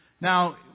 Now